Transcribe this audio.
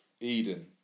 Eden